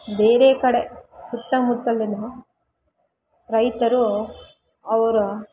ಬೇರೆ ಕಡೆ ಸುತ್ತಮುತ್ತಲು ರೈತರು ಅವರ